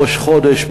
בראש חודש,